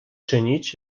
czynić